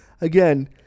again